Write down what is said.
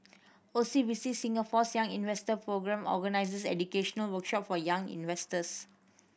O C B C Singapore's Young Investor Programme organizes educational workshop for young investors